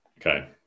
Okay